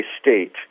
State